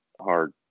hard